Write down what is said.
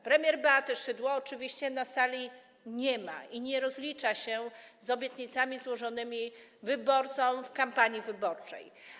Premier Beaty Szydło oczywiście na sali nie ma i nie rozlicza się z obietnic złożonych wyborcom w kampanii wyborczej.